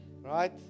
right